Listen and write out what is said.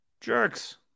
Jerks